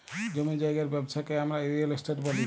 জমি জায়গার ব্যবচ্ছা কে হামরা রিয়েল এস্টেট ব্যলি